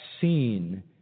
seen